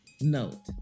note